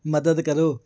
ਮਦਦ ਕਰੋ